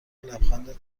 لبخند